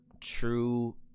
True